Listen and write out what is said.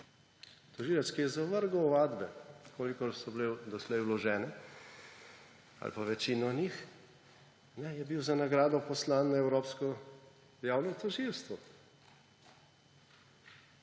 ovadbe, ki je zavrgel ovadbe, kolikor so bile doslej vložene ali pa večino njih, je bil za nagrado poslan na evropsko javno tožilstvo.